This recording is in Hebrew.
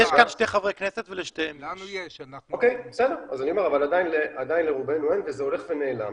בסדר אבל עדיין לרובנו אין וזה הולך ונעלם.